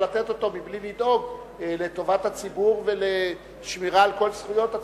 לתת אותו מבלי לדאוג לטובת הציבור ולשמירה על כל זכויות הציבור.